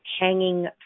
hanging